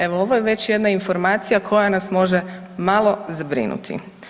Evo ovo je već jedna informacija koja nas može malo zabrinuti.